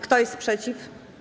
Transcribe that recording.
Kto jest przeciw?